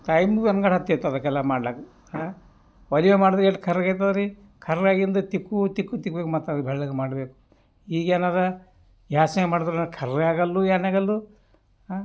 time ಗಂಗಡಾತಿತ್ತು ಅದಕ್ಕೆಲ್ಲ ಮಾಡ್ಲಕ್ಕ ಒಲೆಮ್ಯಾಗ ಮಾಡಿದ್ರೆ ಏಟು ಕರ್ರಗೆ ಆಯ್ತಾವ್ರಿ ಕರ್ರಾಗಿಂದು ತಿಕ್ಕು ತಿಕ್ಕು ತಿಕ್ಕಬೇಕು ಮತ್ತದು ಬೆಳ್ಳಗೆ ಮಾಡಬೇಕು ಈಗೇನಾರ ಗ್ಯಾಸ್ನ್ಯಾಗ ಮಾಡಿದ್ರೂ ಕರ್ರಗೆ ಆಗಲ್ಲ ಏನೂ ಆಗಲ್ದು ಆಂ